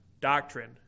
doctrine